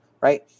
Right